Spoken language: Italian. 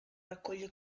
raccoglie